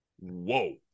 whoa